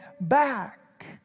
back